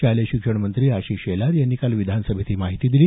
शालेय शिक्षण मंत्री आशिष शेलार यांनी काल विधानसभेत ही माहिती दिली